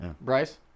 Bryce